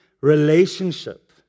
relationship